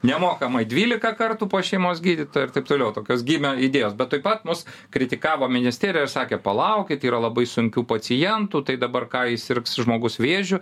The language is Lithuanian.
nemokamai dvylika kartų pas šeimos gydytoją ir taip toliau tokios gymio idėjos bet tuoj pat mus kritikavo ministerija ir sakė palaukit yra labai sunkių pacientų tai dabar ką jei sirgs žmogus vėžiu